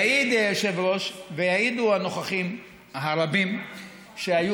יעיד היושב-ראש ויעידו הנוכחים הרבים שהיו